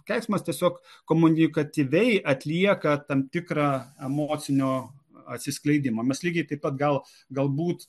keiksmas tiesiog komunikatyviai atlieka tam tikrą emocinio atsiskleidimą mes lygiai taip pat gal galbūt